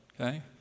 Okay